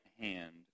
hand